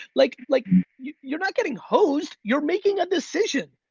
like like yeah you're not getting hosed, you're making a decision.